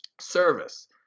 Service